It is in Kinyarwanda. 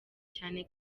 cyane